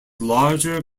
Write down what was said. larger